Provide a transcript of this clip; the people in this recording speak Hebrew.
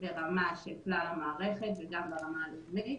ברמה של כלל המערכת וגם ברמה הלאומית.